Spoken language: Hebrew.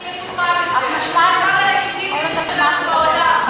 זה אומר שאתם לא הצטרפתם למאבק הזה.